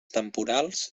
temporals